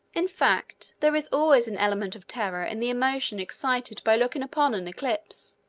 in fact, there is always an element of terror in the emotion excited by looking upon an eclipse,